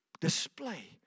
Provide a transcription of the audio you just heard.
display